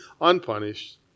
unpunished